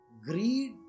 greed